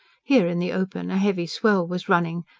here, in the open, a heavy swell was running,